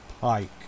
pike